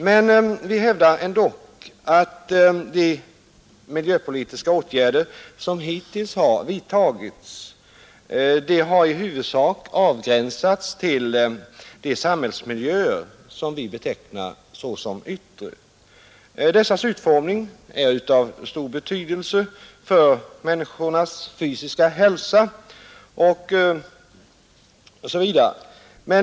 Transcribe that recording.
Men vi hävdar ändå att de miljöpolitiska åtgärder som hittills har vidtagits i huvudsak har avgränsats till de samhällsmiljöer som vi betecknar som yttre. Dessas utformning är av stor betydelse för människornas fysiska hälsa osv.